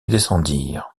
descendirent